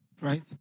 right